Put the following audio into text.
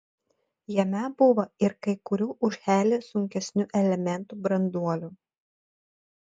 jame buvo ir kai kurių už helį sunkesnių elementų branduolių